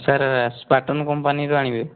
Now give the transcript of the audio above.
sir ସ୍କାଟନ କମ୍ପାନୀର ଆଣିବେ